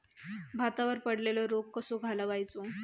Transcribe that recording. भातावर पडलेलो रोग कसो घालवायचो?